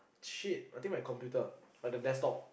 shit I think my computer like the desktop